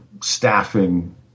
staffing